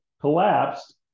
collapsed